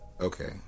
Okay